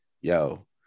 yo